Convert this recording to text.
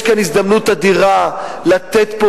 יש כאן הזדמנות אדירה לתת פה,